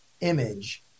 image